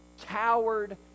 coward